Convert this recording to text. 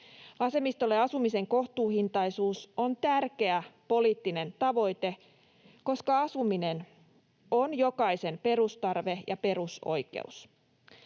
Vasemmistolle asumisen kohtuuhintaisuus on tärkeä poliittinen tavoite, koska asuminen on jokaisen perustarve ja perusoikeus.